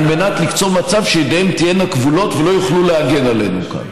מנת ליצור מצב שידיהם תהיינה כבולות והם לא יוכלו להגן עלינו כאן.